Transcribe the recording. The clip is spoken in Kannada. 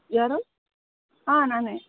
ಯಾರು ಹಾಂ ನಾನೇ